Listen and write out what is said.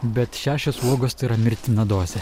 bet šešios uogos tai yra mirtina dozė